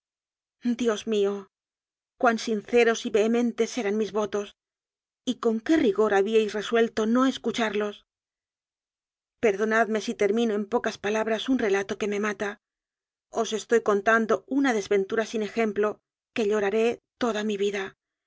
dios mío cuán sinceros y vehementes eran mis votos y con qué rigor habíais resuelto no es cucharlos perdonadme si termino en pocas palabras un relato que me mata os estoy contando una des ventura sin ejemplo que lloraré toda mi vida